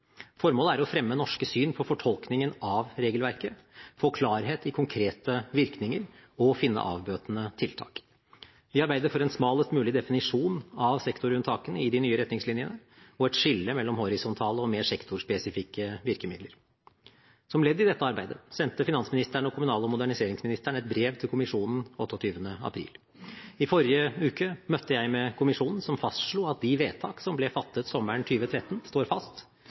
Formålet er å fremme norske syn på fortolkningen av regelverket, få klarhet i konkrete virkninger og finne avbøtende tiltak. Vi arbeider for en smalest mulig definisjon av sektorunntakene i de nye retningslinjene og et skille mellom horisontale og mer sektorspesifikke virkemidler. Som ledd i dette arbeidet sendte finansministeren og kommunal- og moderniseringsministeren et brev til kommisjonen den 28. april. I forrige uke møtte jeg kommisjonen, som fastslo at de vedtak som ble fattet sommeren 2013, står fast,